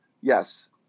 Yes